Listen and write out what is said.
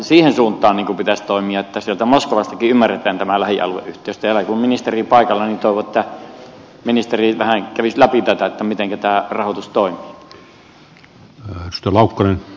siihen suuntaan pitäisi toimia että moskovastakin ymmärretään tämä lähialueyhteistyö ja kun on ministeri paikalla niin toivon että ministeri vähän kävisi läpi tätä mitenkä tämä rahoitus toimii